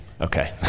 Okay